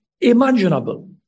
imaginable